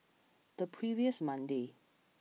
the previous Monday